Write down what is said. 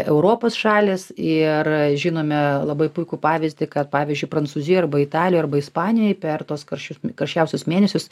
europos šalys ir žinome labai puikų pavyzdį kad pavyzdžiui prancūzijoj arba italijoj arba ispanijoj per tuos karščius karščiausius mėnesius